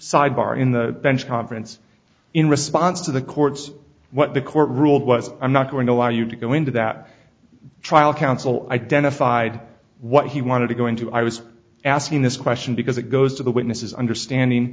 sidebar in the bench conference in response to the court's what the court ruled was i'm not going to allow you to go into that trial counsel identified what he wanted to go into i was asking this question because it goes to the witnesses understanding